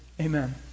Amen